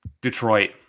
Detroit